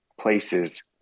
places